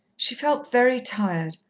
she felt very tired,